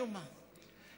משום מה,